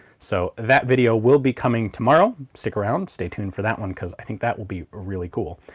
so that video will be coming tomorrow. stick around, stay tuned for that one, because i think, that will be really cool.